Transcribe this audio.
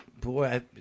Boy